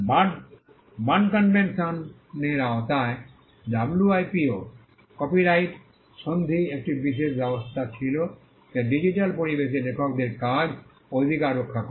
burn কনভেনশনের আওতায় WIPO র কপিরাইট সন্ধি একটি বিশেষ ব্যবস্থা ছিল যা ডিজিটাল পরিবেশে লেখকদের কাজ ও অধিকার রক্ষা করে